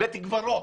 בית קברות